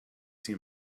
see